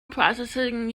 processing